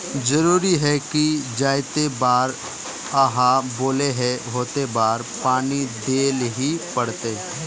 जरूरी है की जयते बार आहाँ बोले है होते बार पानी देल ही पड़ते?